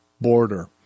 border